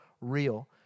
real